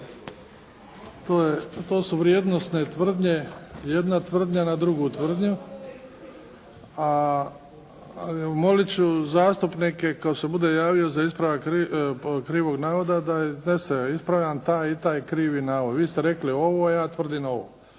to su vrijednosne tvrdnje, jedna tvrdnja na drugu tvrdnju. A moliti ću zastupnike kako se budu javljali za ispravke krivog navoda, da iznese, ispravljam taj i taj krivi navod. Vi ste rekli ovo, ja tvrdim ono.